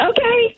Okay